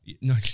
No